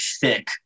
thick